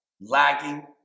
lagging